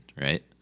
right